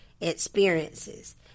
experiences